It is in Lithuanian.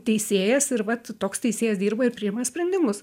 teisėjas ir vat toks teisėjas dirba ir priima sprendimus